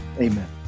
amen